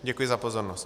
Děkuji za pozornost.